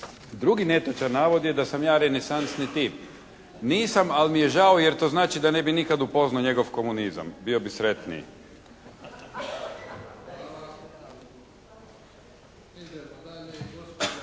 Drugi netočan navod je da sam ja renesansni tip. Nisam, ali mi je žao, jer to znači da ne bi nikada upoznao njegov komunizam, bio bi sretniji.